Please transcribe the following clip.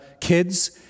kids